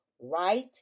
right